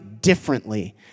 differently